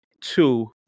Two